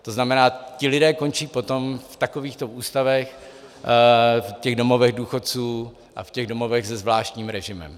To znamená, ti lidé končí potom v takovýchto ústavech, v domovech důchodců a v domovech se zvláštním režimem.